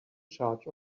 charge